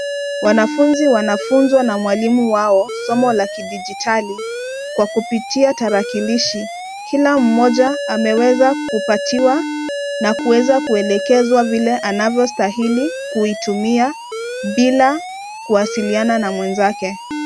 Wanafunzi wanafunzwa na mwalimu wao somo la kidijitali kwa kupitia tarakilishi. Kila mmoja ameweza kupatiwa na kuweza kuelekezwa vile anavyostahili kuitumia bila kuwasiliana na mwenzake.